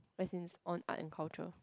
as in on art and culture